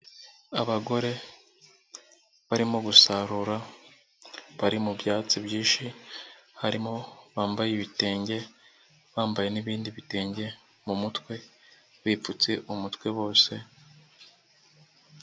Abagore barimo gusarura, bari mu byatsi byinshi, harimo abambaye ibitenge, bambaye n'ibindi bitenge mu mutwe, bipfutse umutwe bose.